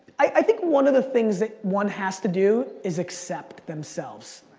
i think one of the things that one has to do, is accept themselves,